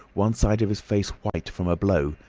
one side of his face white from a blow,